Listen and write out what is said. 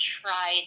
try